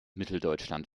mitteldeutschland